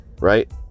right